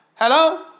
Hello